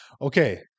Okay